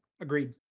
agreed